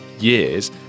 years